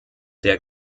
der